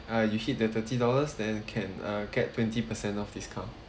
uh you hit the thirty dollars then can uh get twenty percent off discount